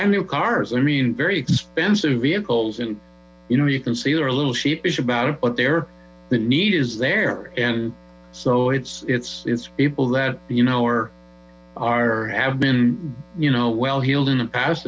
brand new cars i mean very expensive vehicles you know you can see there a little sheepish about it but there the need is there and so it's it's it's people that you know are are have been you know well heeled in the past